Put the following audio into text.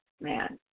man